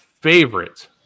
favorite